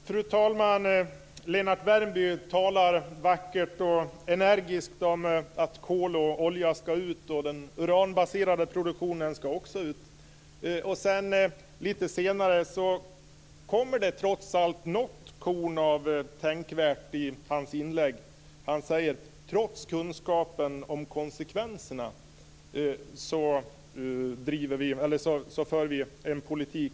Fru talman! Lennart Värmby talar vackert och energiskt om att kol, olja och den uranbaserade produktionen ska ut. Lite senare kommer det något korn av tänkvärt i hans inlägg. Han säger: "Trots kunskapen om konsekvenserna för vi en politik -."